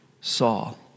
Saul